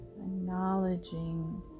acknowledging